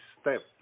step